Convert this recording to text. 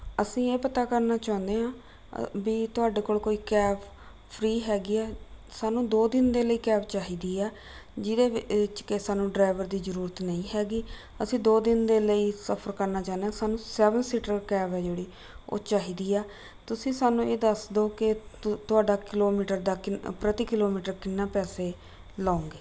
ਅਸੀਂ ਇਹ ਪਤਾ ਕਰਨਾ ਚਾਹੁੰਦੇ ਹਾਂ ਵੀ ਤੁਹਾਡੇ ਕੋਲ ਕੋਈ ਕੈਬ ਫਰੀ ਹੈਗੀ ਹੈ ਸਾਨੂੰ ਦੋ ਦਿਨ ਦੇ ਲਈ ਕੈਬ ਚਾਹੀਦੀ ਆ ਜਿਹਦੇ ਵਿੱਚ ਕਿ ਸਾਨੂੰ ਡਰਾਇਵਰ ਦੀ ਜ਼ਰੂਰਤ ਨਹੀਂ ਹੈਗੀ ਅਸੀਂ ਦੋ ਦਿਨ ਦੇ ਲਈ ਸਫਰ ਕਰਨਾ ਚਾਹੁੰਦੇ ਸਾਨੂੰ ਸੈਵਨ ਸੀਟਰ ਕੈਬ ਆ ਜਿਹੜੀ ਉਹ ਚਾਹੀਦੀ ਆ ਤੁਸੀਂ ਸਾਨੂੰ ਇਹ ਦੱਸ ਦਿਉ ਕਿ ਤੁ ਤੁਹਾਡਾ ਕਿਲੋਮੀਟਰ ਦਾ ਕਿਨ ਪ੍ਰਤੀ ਕਿਲੋਮੀਟਰ ਕਿੰਨਾ ਪੈਸੇ ਲਉਗੇ